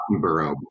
borough